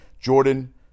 Jordan